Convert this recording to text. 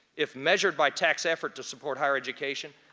if measured by tax effort to support higher education,